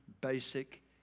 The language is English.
basic